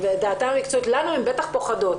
לנו הן בטח פוחדות.